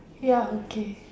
ya okay